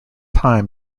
time